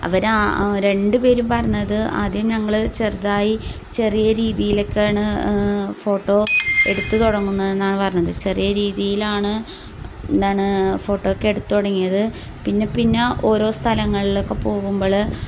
അവർ ആ ആ രണ്ടുപേരും പറഞ്ഞത് ആദ്യം ഞങ്ങൾ ചെറുതായി ചെറിയ രീതിയിലൊക്കെയാണ് ഫോട്ടോ എടുത്ത് തുടങ്ങുന്നത് എന്നാണ് പറഞ്ഞത് ചെറിയ രീതിയിലാണ് എന്താണ് ഫോട്ടോയൊക്കെ എടുത്ത് തുടങ്ങിയത് പിന്നെ പിന്നെ ഓരോ സ്ഥലങ്ങളിലൊക്കെ പോകുമ്പോൾ